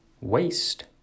waste